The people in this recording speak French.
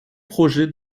projet